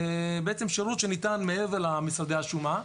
שירות שניתן מעבר למשרדי השומה.